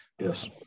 yes